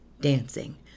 dancing